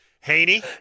Haney